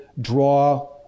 draw